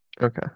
Okay